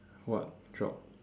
what drop